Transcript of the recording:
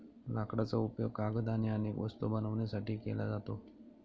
लाकडाचा उपयोग कागद आणि अनेक वस्तू बनवण्यासाठी केला जातो